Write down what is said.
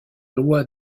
loi